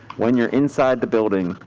when you're inside the building,